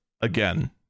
again